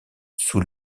sous